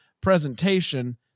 presentation